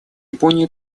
японии